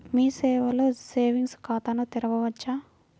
మీ సేవలో సేవింగ్స్ ఖాతాను తెరవవచ్చా?